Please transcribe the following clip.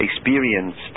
experienced